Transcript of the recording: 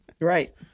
Right